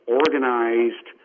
organized